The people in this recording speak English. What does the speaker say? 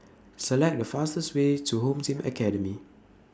Select The fastest Way to Home Team Academy